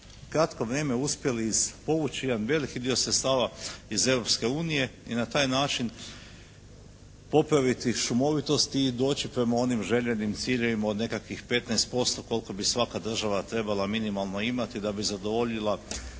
kratko vrijeme uspjeli povući jedan veliki dio sredstava iz Europske unije i na taj način popraviti šumovitost i doći prema onim željenim ciljevima od nekakvih 15% koliko bi svaka država trebala minimalno imati da bi zadovoljila